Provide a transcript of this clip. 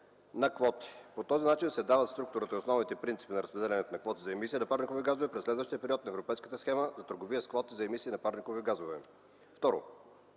на квоти. По този начин се дават структурата и основните принципи на разпределянето на квоти за емисии на парникови газове през следващия период на Европейската схема за търговия с квоти за емисии на парникови газове. II.